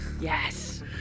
yes